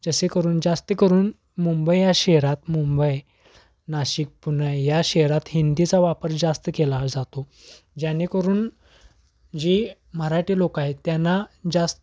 जसे करून जास्त करून मुंबई या शहरात मुंबई नाशिक पुणे आहे या शहरात हिंदीचा वापर जास्त केला जातो जेणेकरून जी मराठी लोक आहेत त्यांना जास्त